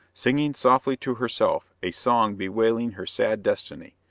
singing softly to herself a song bewailing her sad destiny,